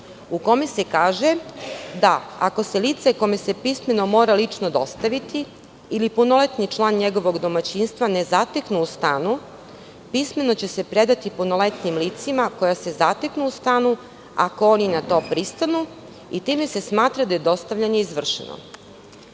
u kojem se kaže da ako se lice kome se pismeno mora lično dostaviti ili punoletni član njegovog domaćinstva ne zatekne u stanu, pismeno će se predati punoletnim licima koja se zateknu u stanu, ako oni na to pristanu, i time se smatra da je dostavljanje izvršeno. Mi